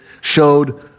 showed